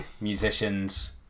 musicians